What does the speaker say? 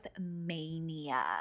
mania